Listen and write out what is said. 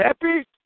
happy